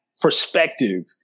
perspective